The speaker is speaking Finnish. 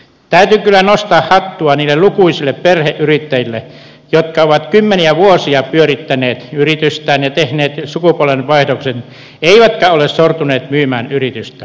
täytyy kyllä nostaa hattua niille lukuisille perheyrittäjille jotka ovat kymmeniä vuosia pyörittäneet yritystään ja tehneet sukupolvenvaihdoksen eivätkä ole sortuneet myymään yritystään